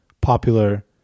popular